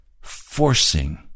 forcing